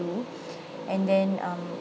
do and then um